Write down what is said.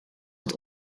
wat